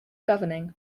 governing